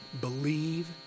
believe